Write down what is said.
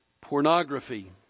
Pornography